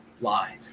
live